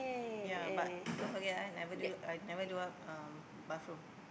ya but don't forget ah never do I never do up um bathroom